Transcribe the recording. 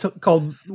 called